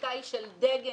שהבדיקה היא של דגם